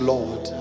Lord